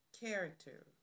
character